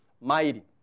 mighty